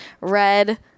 red